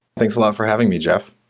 thanks a lot for having me, jeff.